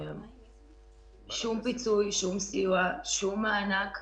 שום פיצוי, שום סיוע, שום מענק.